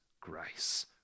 grace